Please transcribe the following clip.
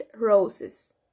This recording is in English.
roses